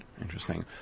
Interesting